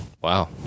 wow